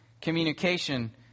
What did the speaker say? communication